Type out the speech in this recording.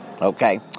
Okay